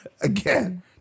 Again